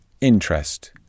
Interest